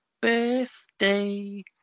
birthday